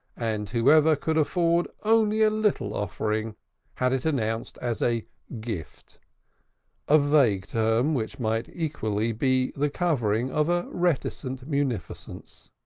and whoever could afford only a little offering had it announced as a gift a vague term which might equally be the covering of a reticent munificence.